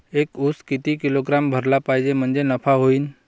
एक उस किती किलोग्रॅम भरला पाहिजे म्हणजे नफा होईन?